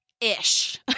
ish